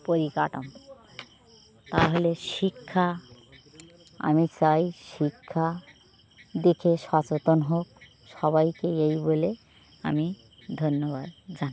পরিকাঠামো তাহলে শিক্ষা আমি চাই শিক্ষা দেখে সচেতন হোক সবাইকে এই বলে আমি ধন্যবাদ জানাই